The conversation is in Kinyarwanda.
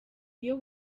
iyo